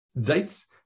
dates